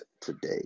today